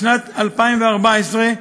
בשנת 2014,